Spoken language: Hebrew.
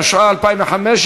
התשע"ה 2015,